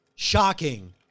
Shocking